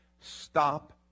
Stop